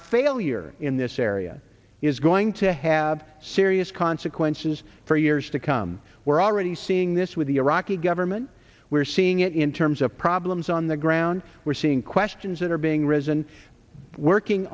failure in this area is going to have serious consequences for years to come we're already seeing this with the iraqi government we're seeing it in terms of problems on the ground we're seeing questions that are being risen working